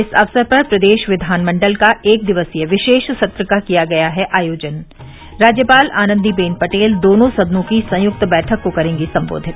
इस अवसर पर प्रदेश विधानमंडल का एक दिवसीय विशेष सत्र का किया गया है आयोजन राज्यपाल आनन्दीबेन पटेल दोनों सदनों की संयुक्त बैठक को करेंगी संबोधित